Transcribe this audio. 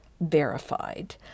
verified